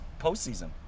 postseason